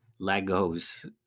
Legos